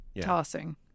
tossing